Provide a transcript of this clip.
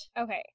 okay